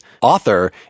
author